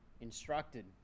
instructed